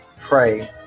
pray